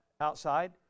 outside